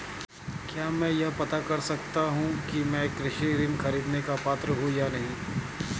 क्या मैं यह पता कर सकता हूँ कि मैं कृषि ऋण ख़रीदने का पात्र हूँ या नहीं?